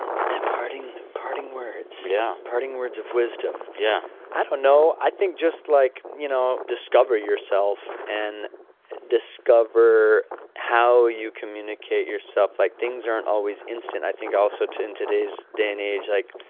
and parting parting words yeah parting words of wisdom yeah i don't know. i think just, like, you know, discover yourself and discover how you communicate yourself. like, things aren't always instant. i think also, in today's day and age, like,